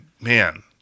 Man